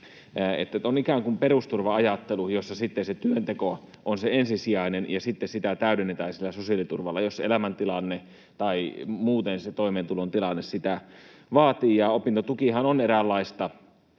on ikään kuin perusturva-ajattelu, jossa työnteko on se ensisijainen, ja sitten sitä täydennetään sillä sosiaaliturvalla, jos elämäntilanne tai muuten se toimeentulon tilanne sitä vaatii. Ja opintotukihan on eräänlaista